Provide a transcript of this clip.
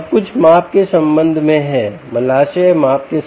सब कुछ माप के संबंध में है मलाशय माप के साथ